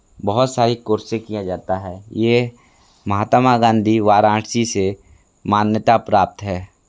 बहुत सारी कोर्से किया जाता है ये महात्मा गांधी वाराणसी से मान्यता प्राप्त है